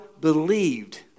believed